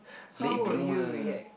late bloomer